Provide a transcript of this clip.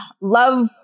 love